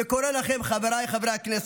וקורא לכם, חבריי חברי הכנסת,